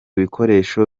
ibikoresho